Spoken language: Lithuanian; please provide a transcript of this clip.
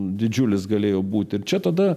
didžiulis galėjo būti ir čia tada